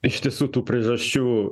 iš tiesų tų priežasčių